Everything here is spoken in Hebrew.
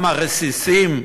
אך גם הרסיסים,